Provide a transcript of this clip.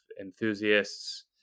enthusiasts